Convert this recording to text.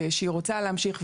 שהיא רוצה להמשיך,